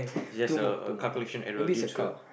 it's just a a calculation error due to a